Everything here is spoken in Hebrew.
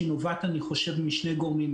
שאני חושב שהיא נובעת משני גורמים,